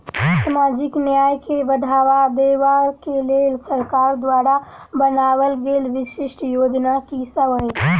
सामाजिक न्याय केँ बढ़ाबा देबा केँ लेल सरकार द्वारा बनावल गेल विशिष्ट योजना की सब अछि?